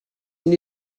mynd